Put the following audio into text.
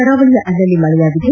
ಕರಾವಳಿಯ ಅಲ್ಲಲ್ಲಿ ಮಳೆಯಾಗಿದೆ